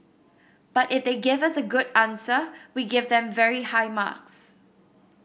but if they give us a good answer we give them very high marks